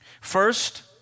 First